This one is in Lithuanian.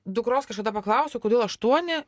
dukros kažkada paklausiau kodėl aštuoni